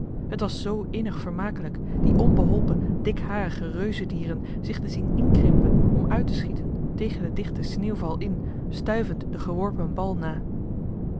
het was zoo innig vermakelijk die onbeholpen dikharige reuzedieren zich te zien inkrimpen om uit te schieten tegen den dichten sneeuwval in stuivend den geworpen bal na